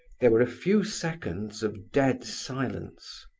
there were a few seconds of dead silence.